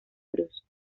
cruz